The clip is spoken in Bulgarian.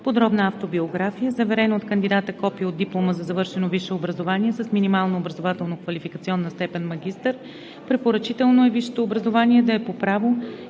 подробна автобиография; - заверено от кандидата копие от диплома за завършено висше образование с минимална образователно-квалификационна степен „магистър“; препоръчително е висшето образование да е по право,